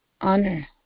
honor